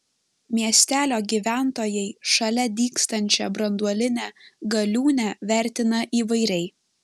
miestelio gyventojai šalia dygstančią branduolinę galiūnę vertina įvairiai